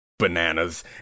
bananas